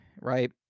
right